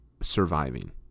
surviving